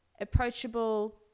approachable